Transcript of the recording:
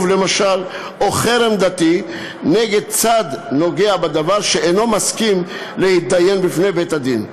למשל או חרם דתי נגד צד הנוגע בדבר שאינו מסכים להתדיין בפני בית-הדין.